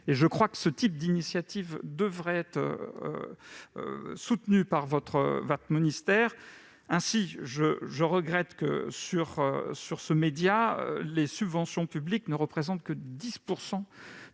Je pense que ce type d'initiative devrait être soutenu par votre ministère. Ainsi, je regrette que, pour ce média, les subventions publiques ne représentent que 10